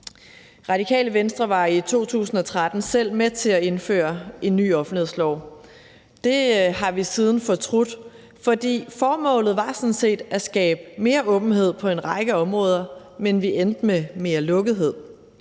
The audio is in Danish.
Radikale Venstre var i 2013 selv med til at indføre en ny offentlighedslov. Det har vi siden fortrudt, for formålet var sådan set at skabe mere åbenhed på en række områder, men vi endte med mere lukkethed.